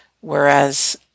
whereas